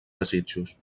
desitjos